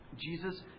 Jesus